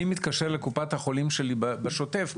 אני מתקשר לקופת החולים שלי בשוטף,